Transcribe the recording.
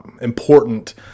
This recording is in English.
Important